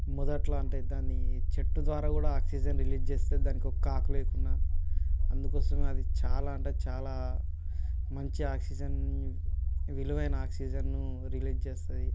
మొదట్లో అంటే దాని చెట్టు ద్వారా కూడా ఆక్సిజన్ రిలీజ్ చేస్తుంది దానికి ఒక్క ఆకు లేకున్నా అందుకోసం అది చాలా అంటే చాలా మంచి ఆక్సిజన్ విలువైన ఆక్సిజన్ రిలీజ్ చేస్తుంది